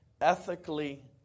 ethically